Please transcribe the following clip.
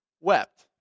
wept